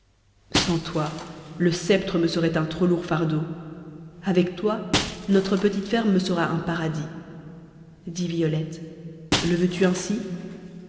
sans toi le sceptre me serait un trop lourd fardeau avec toi notre petite ferme me sera un paradis dis violette le veux-tu ainsi